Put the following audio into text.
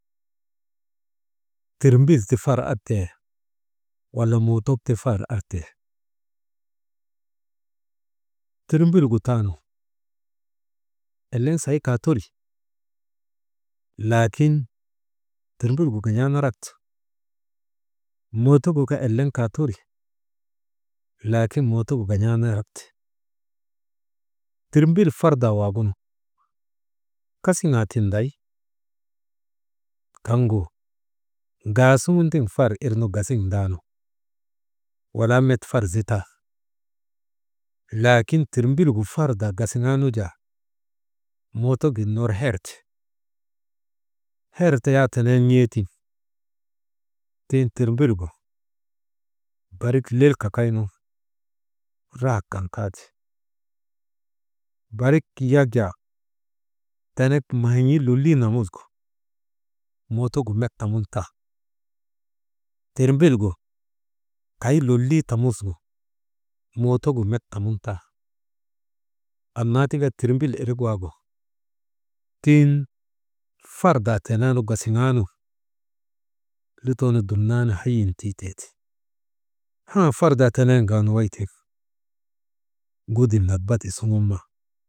Tirmbil ti far artee wala mootokti far artee, tirmbilgu taanu eleŋ se kaa teri laakin, tirmbil gu gan̰aa narak ti, mootogukaa eleŋ kaa teri laakin motogu wasa gan̰aa narak ti, tirmbil fardaa waagunu kasiŋaa tinday, kaŋgu ŋaasugun tiŋ far irnu gasiŋ ndaanu, walaa met far zitan laakin tirmbil gu fardaa gasiŋaanu jaa mootok gin ner her ti, her taa tenen n̰eetiŋ tiŋ tirmbilgu barik lel kakaynu, rahak kan kaa te barik yak jaa tenek maan̰ii lolii namusgu mootogu met tamum tan, tirmbil gu kay lolii tamusgu mootogu met tamun tan, annaa tika tirmbil irik waagu, tiŋ fardaa teneenu gasiŋaanu, lutoonu dumnaanu hayin tii tee ti. Ha fardaa teneenu gaanow tiŋ gudi nak bada suŋun ma.